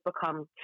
become